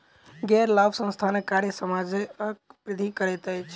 गैर लाभ संस्थानक कार्य समाजक वृद्धि करैत अछि